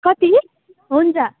कति हुन्छ